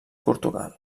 portugal